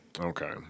Okay